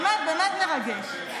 באמת, באמת, מרגש.